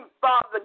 Father